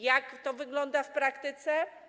Jak to wygląda w praktyce?